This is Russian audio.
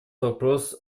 вопрос